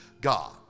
God